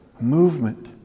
movement